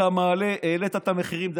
העלית את המחירים.